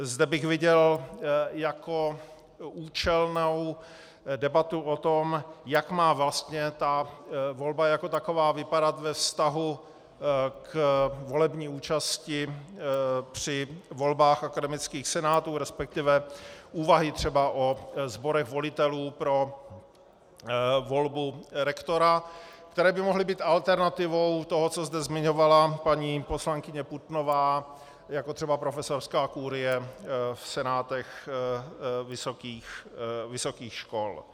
Zde bych viděl jako účelnou debatu o tom, jak má vlastně ta volba jako taková vypadat ve vztahu k volební účasti při volbách akademických senátů, respektive úvahy třeba o sborech volitelů pro volbu rektora, které by mohly být alternativou toho, co zde zmiňovala paní poslankyně Putnová, jako třeba profesorská kurie v senátech vysokých škol.